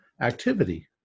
activity